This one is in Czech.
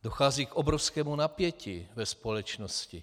Dochází k obrovskému napětí ve společnosti.